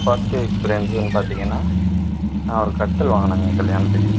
first எக்ஸ்பீரியன்ஸுனு பார்த்திங்கனா நான் ஒரு கட்டில் வாங்குனேங்க கல்யாணத்துக்கு